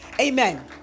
Amen